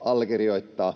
allekirjoittaa.